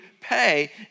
pay